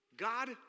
God